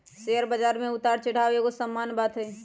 share बजार में उतार चढ़ाओ एगो सामान्य बात हइ